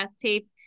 tape